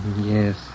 Yes